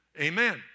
Amen